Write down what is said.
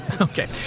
Okay